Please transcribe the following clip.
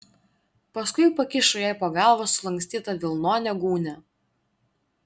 paskui pakišo jai po galva sulankstytą vilnonę gūnią